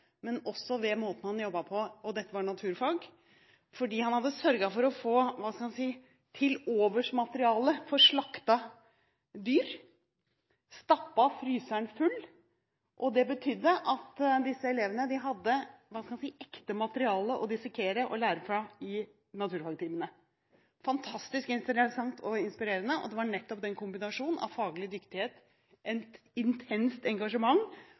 men også med måten han jobbet på – dette var naturfag – fordi han hadde sørget for å få, hva skal en si, tiloversmateriale fra slaktede dyr og stappet fryseren full. Det betydde at disse elevene hadde ekte materiale å dissekere og lære fra i naturfagtimene – fantastisk interessant og inspirerende. Det var nettopp den kombinasjonen av faglig dyktighet, et intenst engasjement